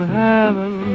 heaven